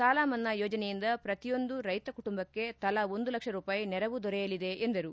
ಸಾಲಮನ್ನಾ ಯೋಜನೆಯಿಂದ ಪ್ರತಿಯೊಂದು ರೈತ ಕುಟುಂಬಕ್ಷೆ ತಲಾ ಒಂದು ಲಕ್ಷ ರೂಪಾಯಿ ನೆರವು ದೊರೆಯಲಿದೆ ಎಂದರು